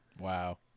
Wow